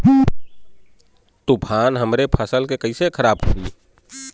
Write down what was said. तूफान हमरे फसल के कइसे खराब करी?